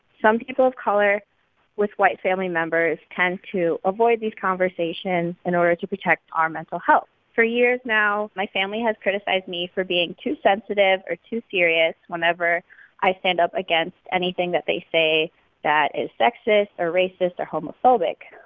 some people of color with white family members tend to avoid these conversations in order to protect our mental health for years now, my family has criticized me for being too sensitive or too serious whenever i stand up against anything that they say that is sexist or racist or homophobic.